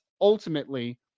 ultimately